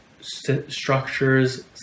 structures